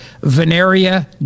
Veneria